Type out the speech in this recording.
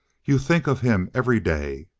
you think of him every day!